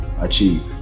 achieve